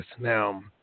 Now